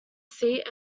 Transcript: seat